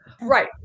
Right